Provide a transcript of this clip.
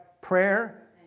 prayer